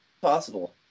possible